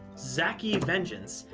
zacky vengeance,